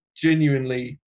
genuinely